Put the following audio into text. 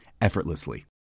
effortlessly